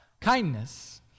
Kindness